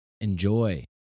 Enjoy